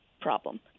problem